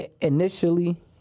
initially